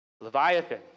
Leviathan